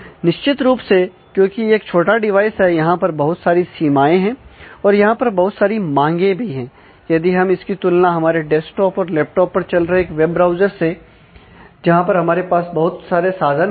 निश्चित रूप से क्योंकि यह एक छोटा डिवाइस है यहां पर बहुत सारी सीमाएं हैं और यहां पर बहुत सारी मांगे भी है यदि हम इसकी तुलना करें हमारे डेस्कटॉप और लैपटॉप पर चल रहे एक वेब ब्राउज़र से जहां पर हमारे पास बहुत सारे साधन है